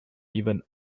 even